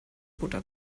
butter